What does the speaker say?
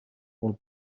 all